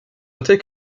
noter